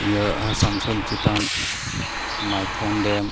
ᱤᱭᱟᱹ ᱟᱥᱟᱱᱥᱳᱞ ᱪᱮᱛᱟᱱ ᱢᱟᱭᱛᱷᱚᱱ ᱰᱮᱢ